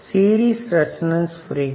Series Resonance Frequency 12LC 123